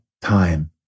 time